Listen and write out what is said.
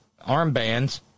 armbands